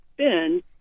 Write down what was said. spend